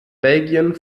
belgien